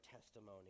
testimony